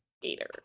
skater